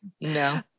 no